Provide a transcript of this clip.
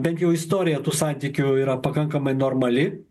bent jau istorija tų santykių yra pakankamai normali